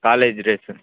college dress